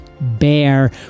Bear